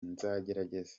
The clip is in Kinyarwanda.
nzagerageza